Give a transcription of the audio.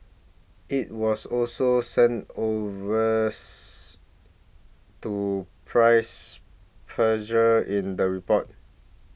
it was also sent arrest to price pressures in the report